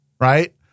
right